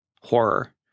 horror